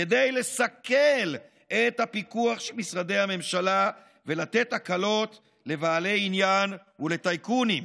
כדי לסכל את הפיקוח של משרדי הממשלה ולתת הקלות לבעלי עניין ולטייקונים.